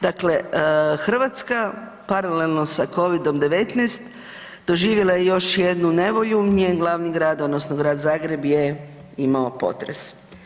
Dakle, Hrvatska paralelno sa Covidom-19 doživjela je još jednu nevolju, njen glavni grad odnosno Grad Zagreb je imao potres.